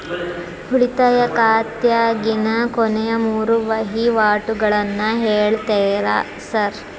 ಉಳಿತಾಯ ಖಾತ್ಯಾಗಿನ ಕೊನೆಯ ಮೂರು ವಹಿವಾಟುಗಳನ್ನ ಹೇಳ್ತೇರ ಸಾರ್?